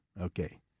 Okay